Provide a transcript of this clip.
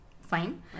fine